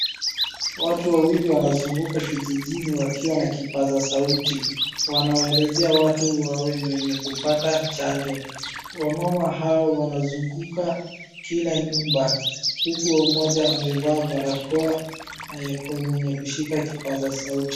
Watu wawili wanzunguka kijijini wakiwa na kipaza sauti. Wanawaelezea watu wawe ni wenye kupata chanjo. Wamama hao wanazunguka kila nyumba, huku mmoja amevaa barakoa na mwenye kushika kipaza sauti.